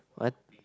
what